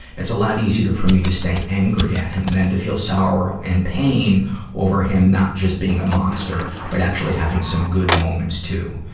it's a lot easier for me to stay angry at him than to feel sorrow and pain over him not just being a monster, but actually having some good moments, too.